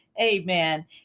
Amen